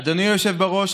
אדוני היושב-ראש,